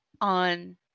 on